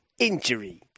Injury